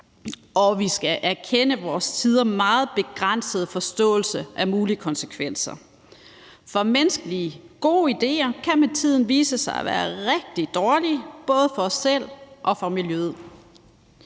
og vi skal erkende vores til tider meget begrænsede forståelse af mulige konsekvenser. For menneskelige gode idéer kan med tiden vise sig at være rigtig dårlige, både for os selv og for miljøet.